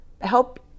help